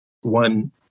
one